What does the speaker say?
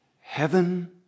heaven